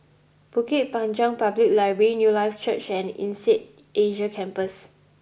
Bukit Panjang Public Library Newlife Church and Insead Asia Campus